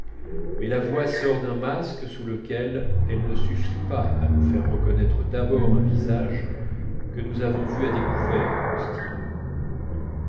mais la voix sort d'un masque sous lequel elle ne suffit pas à nous faire reconnaître d'abord un visage que nous avons vu à découvert dans le style